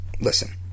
listen